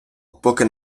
поки